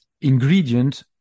ingredient